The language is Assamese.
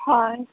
হয়